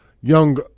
young